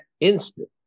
instant